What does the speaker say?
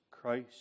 Christ